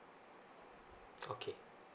okay